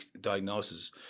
diagnosis